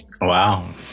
Wow